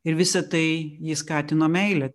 ir visa tai jį skatino meilė